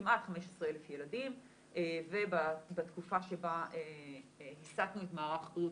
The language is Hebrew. כמעט 15,000 ילדים ובתקופה שבה הסתנו את מערך בריאות